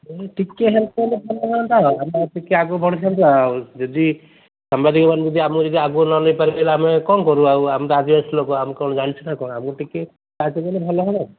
ଟିକେ ହେଲ୍ପ କଲେ ଭଲ ହୁଅନ୍ତା ଆମେ ଟିକେ ଆଗକୁ ବଢ଼ିଥାନ୍ତୁ ଆଉ ଯଦି ସାମ୍ବାଦିକମାନେ ଯଦି ଆମକୁ ଯଦି ଆଗକୁ ନ ନେଇପାରିଲେ ଆମେ କ'ଣ କରୁ ଆମେ ଆଡଭାନ୍ସ ଲୋକ ଆମେ କ'ଣ ଜାଣିଛୁ ନା କ'ଣ ଆମ ଟିକେ ସାହାଯ୍ୟ କଲେ ଭଲ ହେବ